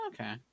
Okay